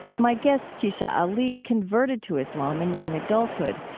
my guest, kecia ali, converted to islam in young adulthood,